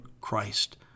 Christ